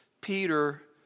Peter